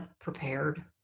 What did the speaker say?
prepared